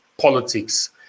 politics